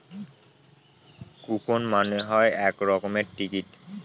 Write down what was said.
coupon মানে হল এক রকমের টিকিট